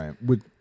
right